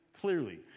clearly